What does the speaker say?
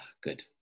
good